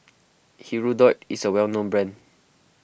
Hirudoid is a well known brand